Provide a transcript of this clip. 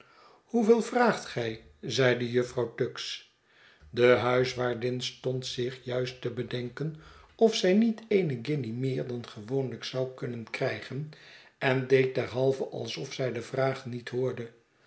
hoeveel vraagt gij zeide jufvrouw tuggs de huiswaardin stond zich juist te bedenken of zy niet eene guinje meer dan gewoonhjk zou kunnen krijgen en deed derhalve alsof zij de vraag niet hoorde